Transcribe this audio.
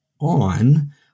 on